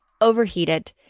overheated